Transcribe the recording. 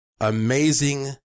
amazing